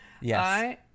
Yes